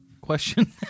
question